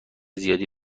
زیادی